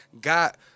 got